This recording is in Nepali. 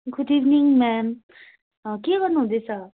गुड इभिनिङ म्याम के गर्नु हुँदैछ